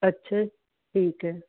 ਅੱਛਾ ਠੀਕ ਹੈ